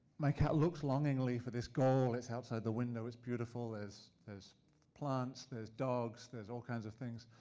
my cat looks longingly for this goal. it's outside the window. it's beautiful. there's there's plants, there's dogs, there's all kinds of things.